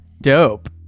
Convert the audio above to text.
Dope